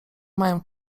mają